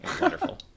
Wonderful